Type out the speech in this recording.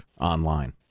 online